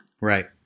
Right